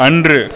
அன்று